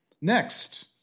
Next